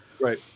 Right